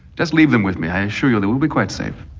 just leave them with me. i assure you they will be quite safe